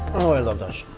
oh i love this.